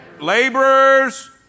laborers